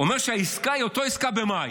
אומר שהעסקה היא אותה עסקה ממאי,